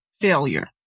failure